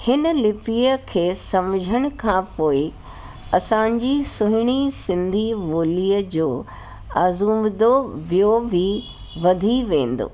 हिन लिपीअ खे सम्झण खां पोइ असांजी सुहिणी सिंधी ॿोलीअ जो अज़ूम्दो ॿियों बि वधी वेंदो